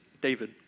David